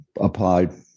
applied